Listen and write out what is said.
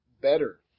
better